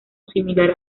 similar